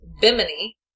Bimini